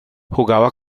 jugaba